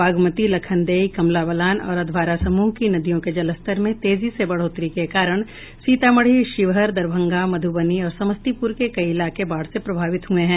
बागमती लखनदेई कमला बलान और अधवारा समूह की नदियों के जलस्तर में तेजी से बढ़ोतरी के कारण सीतामढ़ी शिवहर दरभंगा मधुबनी और समस्तीपुर के कई इलाके बाढ़ से प्रभावित हुए हैं